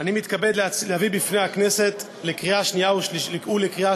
אני מתכבד להביא בפני הכנסת לקריאה שנייה ולקריאה